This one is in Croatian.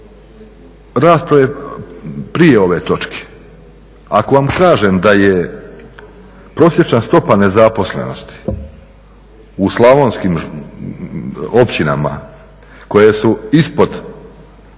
rasprave prije ove točke. Ako vam kažem da je prosječna stopa nezaposlenosti u slavonskim općinama koje su ispod